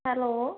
hello